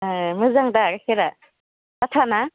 ए मोजां दा गाइखेरा आथाना